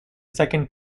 second